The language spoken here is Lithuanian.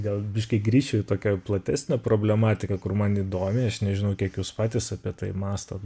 gal biškį grįšiu į tokią platesnę problematiką kur man įdomi aš nežinau kiek jūs patys apie tai mąstot